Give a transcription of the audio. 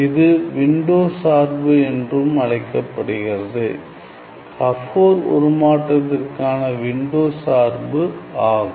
இது விண்டோ சார்பு என்றும் அழைக்கப்படுகிறது கபோர் உருமாற்றத்திற்கான விண்டோ சார்பு ஆகும்